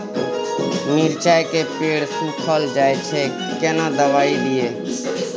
मिर्चाय के पेड़ सुखल जाय छै केना दवाई दियै?